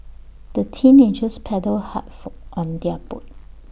the teenagers paddled hard for on their boat